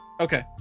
Okay